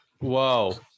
wow